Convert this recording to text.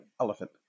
elephant